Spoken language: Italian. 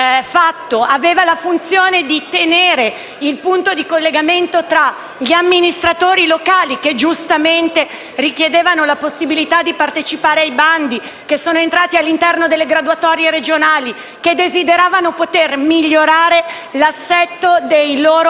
fatto e rappresentava un punto di collegamento con gli amministratori locali, che giustamente richiedevano la possibilità di partecipare ai bandi, che sono entrati all'interno delle graduatorie regionali e desideravano poter migliorare l'assetto dei loro